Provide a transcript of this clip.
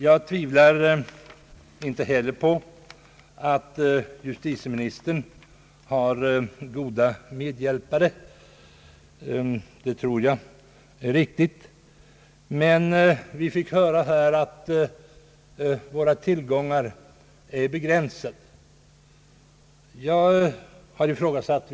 Jag tvivlar inte heller på att justitieministern har goda medhjälpare — tvärtom. Här har justitieministern liksom vid tidigare tillfällen uttalat att våra tillgångar är begränsade och visst är detta riktigt.